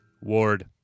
Ward